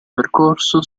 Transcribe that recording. percorso